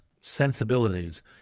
sensibilities